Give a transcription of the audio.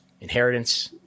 inheritance